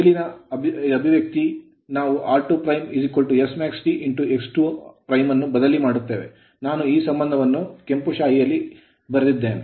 ಮೇಲಿನ expression ಅಭಿವ್ಯಕ್ತಿಗೆ ನಾವು r2 smaxT x2 ನ್ನು ಬದಲಿ ಮಾಡುತ್ತೇವೆ ನಾನು ಈ ಸಂಬಂಧವನ್ನು ಕೆಂಪು ಶಾಯಿಯಲ್ಲಿ ಎತ್ತಿ ತೋರಿಸಿದ್ದೇನೆ